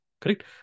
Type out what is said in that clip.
Correct